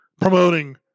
promoting